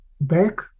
back